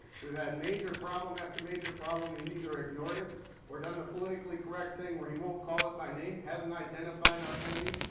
we've had major problem after major problem, he's either ignored it or done the politically correct thing where he won't call it by name, hasn't identified our enemy.